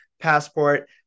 Passport